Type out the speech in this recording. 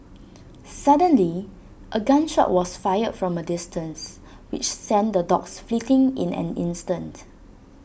suddenly A gun shot was fired from A distance which sent the dogs fleeing in an instant